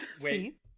Wait